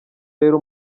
rero